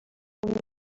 nouveau